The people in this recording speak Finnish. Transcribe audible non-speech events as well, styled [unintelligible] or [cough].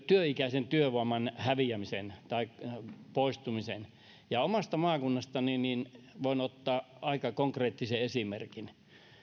työikäisen työvoiman häviämisen tai poistumisen [unintelligible] omasta maakunnastani voin ottaa aika konkreettisen esimerkin